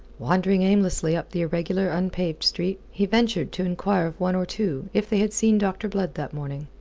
wandering aimlessly up the irregular, unpaved street, he ventured to enquire of one or two if they had seen dr. blood that morning.